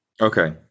Okay